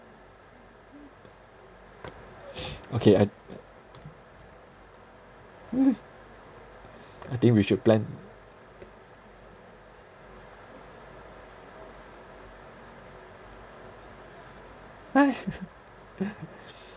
okay I I think we should plan